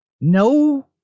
No